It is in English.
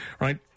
right